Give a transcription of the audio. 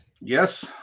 Yes